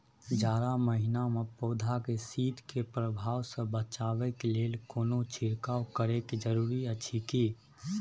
जारा महिना मे पौधा के शीत के प्रभाव सॅ बचाबय के लेल कोनो छिरकाव करय के जरूरी अछि की?